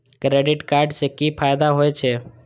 Credit card से कि फायदा होय छे?